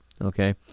okay